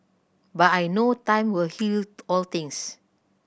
but I know time will heal all things